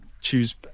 Choose